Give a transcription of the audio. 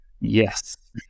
Yes